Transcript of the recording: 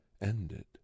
ended